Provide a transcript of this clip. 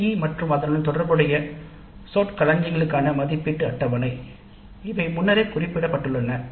CIE மற்றும் அதனுடன் தொடர்புடைய சொற்களஞ்சியங்களுக்கான மதிப்பீட்டு அட்டவணை இவை முன்னரே குறிப்பிடப்பட்டுள்ளன